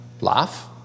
laugh